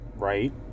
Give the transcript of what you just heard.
right